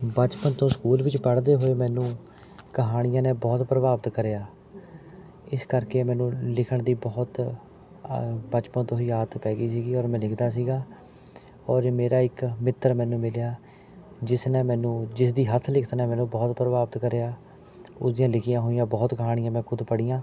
ਬਚਪਨ ਤੋਂ ਸਕੂਲ ਵਿੱਚ ਪੜ੍ਹਦੇ ਹੋਏ ਮੈਨੂੰ ਕਹਾਣੀਆਂ ਨੇ ਬਹੁਤ ਪ੍ਰਭਾਵਿਤ ਕਰਿਆ ਇਸ ਕਰਕੇ ਮੈਨੂੰ ਲਿਖਣ ਦੀ ਬਹੁਤ ਆ ਬਚਪਨ ਤੋਂ ਹੀ ਆਦਤ ਪੈ ਗਈ ਸੀ ਔਰ ਮੈਂ ਲਿਖਦਾ ਸੀ ਔਰ ਮੇਰਾ ਇੱਕ ਮਿੱਤਰ ਮੈਨੂੰ ਮਿਲਿਆ ਜਿਸ ਨੇ ਮੈਨੂੰ ਜਿਸ ਦੀ ਹੱਥ ਲਿਖਤ ਨੇ ਮੈਨੂੰ ਬਹੁਤ ਪ੍ਰਭਾਵਿਤ ਕਰਿਆ ਉਸ ਦੀਆਂ ਲਿਖੀਆਂ ਹੋਈਆਂ ਬਹੁਤ ਕਹਾਣੀਆਂ ਮੈ ਖ਼ੁਦ ਪੜ੍ਹੀਆਂ